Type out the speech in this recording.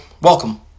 welcome